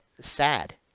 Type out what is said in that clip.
sad